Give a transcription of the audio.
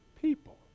people